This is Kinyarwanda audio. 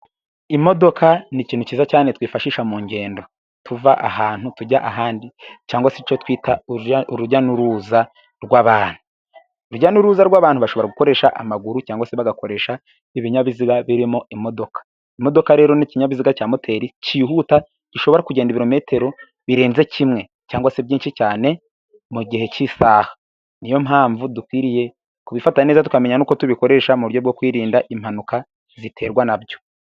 Imodoka ni ikintu cyiza cyane twifashisha mu ngendo, tuva ahantu tujya ahandi cyangwa se cyo twita urujya n'uruza rw'abantu urujya n'uruza rw'abantu bashobora gukoresha amaguru cyangwag se bagakoresha ibinyabiziga birimo imodoka, imodoka rero ni ikinyabiziga cya moteri cyihuta, gishobora kugenda ibirometero birenze kimwe cg se byinshi cyane, mu gihe cy'isaha ni yo mpamvu dukwiriye kubifata neza tukamenya n'uko tubikoresha, mu buryo bwo kwirinda impanuka ziterwa na byo.